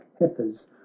heifers